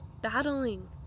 battling